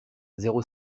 zéro